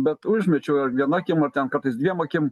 bet užmečiau ar viena akim ar ten kartais dviem akim